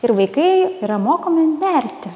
ir vaikai yra mokomi nerti